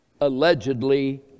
allegedly